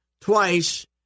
twice